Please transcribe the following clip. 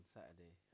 Saturday